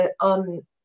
on